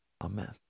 amen